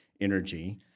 energy